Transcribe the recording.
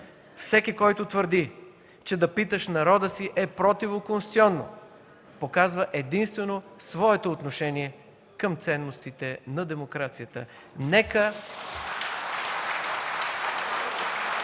Всеки, който твърди, че да питаш народа си е противоконституционно, показва единствено своето отношение към ценностите на демокрацията. (Силни